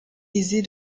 aisée